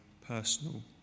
personal